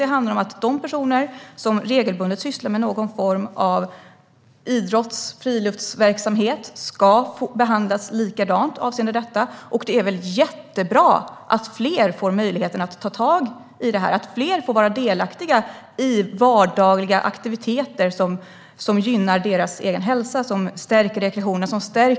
Det handlar om att de personer som regelbundet sysslar med någon form av idrotts eller friluftsverksamhet ska behandlas likadant avseende detta. Det är väl jättebra att fler får möjligheten att ta tag i det här och att fler få vara delaktiga i vardagliga aktiviteter som gynnar deras egen hälsa och stärker rekreationen och vårt land.